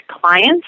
clients